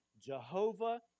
Jehovah